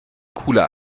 cooler